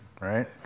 right